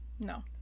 No